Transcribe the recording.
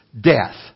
Death